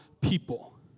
people